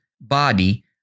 body